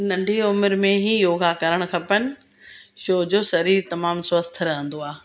नंढे उमिरि में ई योगा करणु खपनि छो जो शरीर तमामु स्वस्थ्य रहंदो आहे